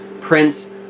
Prince